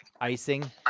icing